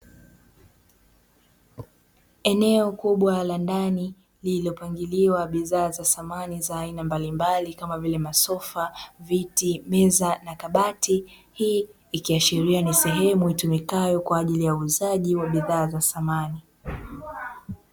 Eneo kubwa la ndani lililopangiliwa bidhaa za samani za aina mbalimbali kama vile masofa, viti, meza na kabati, hii ikiashiria ni sehemu itumikayo kwa ajili ya uuzaji wa bidhaa za samani.